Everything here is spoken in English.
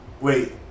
Wait